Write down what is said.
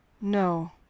No